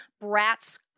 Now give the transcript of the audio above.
brats